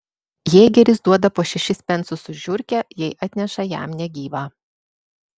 jėgeris duoda po šešis pensus už žiurkę jei atneša jam negyvą